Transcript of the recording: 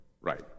right